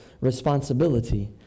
responsibility